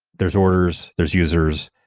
there's orders, there's users.